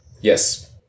Yes